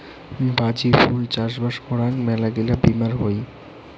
বাজি ফুল চাষবাস করাং মেলাগিলা বীমার হই